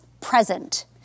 Present